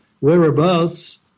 whereabouts